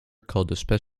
called